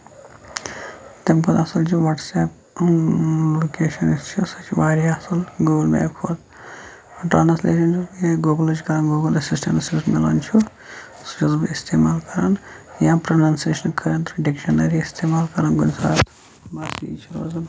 تَمہِ کھۄتہٕ اَصٕل چھُ وٹٕس ایپ کیاہ چھِ وَنان اَتھ سُہ چھُ واریاہ اَصٕل گوٗگٔل میپ کھۄتہٕ ٹرانَسلیشن چھِ کران گوٗگل ایسِسٹَنس یُس مِلان چھُ سُہ چھُس بہٕ اِستعمال کران ییٚمہِ پرونانسیشنہٕ خٲطرٕ ڈکشنٔری اِستعمال کران بَس یہِ چھُ بوزُن